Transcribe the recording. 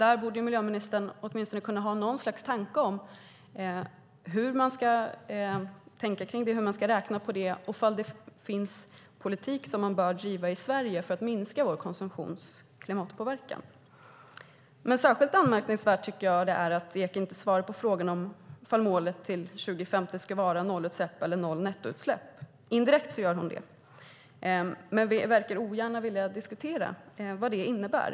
Där borde miljöministern åtminstone kunna ha någon tanke om hur man ska tänka och räkna på det och om det finns en politik som man bör driva i Sverige för att minska vår konsumtions klimatpåverkan. Jag tycker att det är särskilt anmärkningsvärt att Lena Ek inte svarar på frågan om målet till 2050 ska vara nollutsläpp eller noll nettoutsläpp. Indirekt gör hon det, men hon verkar ogärna vilja diskutera vad det innebär.